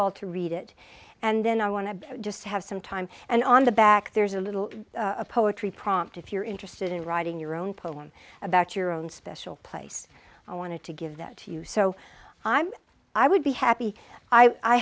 all to read it and then i want to just have some time and on the back there's a little poetry prompt if you're interested in writing your own poem about your own special place i wanted to give that to you so i'm i would be happy i